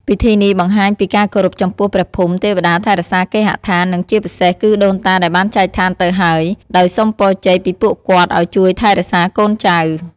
ពិធីនេះបង្ហាញពីការគោរពចំពោះព្រះភូមិ ទេវតាថែរក្សាគេហដ្ឋាន និងជាពិសេសគឺដូនតាដែលបានចែកឋានទៅហើយ ដោយសុំពរជ័យពីពួកគាត់ឲ្យជួយថែរក្សាកូនចៅ។